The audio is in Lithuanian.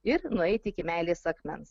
ir nueit iki meilės akmens